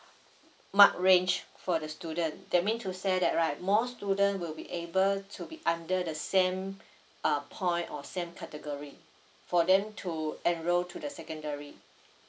mark range for the student that mean to say that right more students will be able to be under the same uh point or same category for them to enroll to the secondary